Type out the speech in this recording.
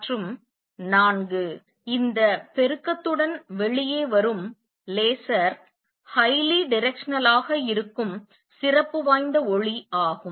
மற்றும் நான்கு இந்த பெருக்கத்துடன் வெளியே வரும் லேசர் மிகவும் திசையில் highly directional ஆக இருக்கும்சிறப்பு வாய்ந்த ஒளி ஆகும்